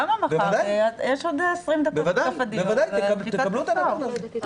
בוודאי, תקבלו את החומר.